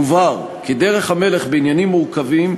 מובהר כי דרך המלך בעניינים מורכבים,